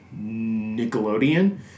Nickelodeon